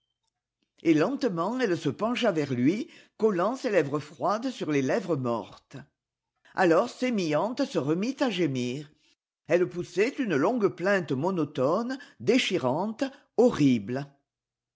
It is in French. et lentement elle se pencha vers lui collant ses lèvres froides sur les lèvres mortes alors sémillante se remit à gémir elle poussait une longue plainte monotone déchirante horrible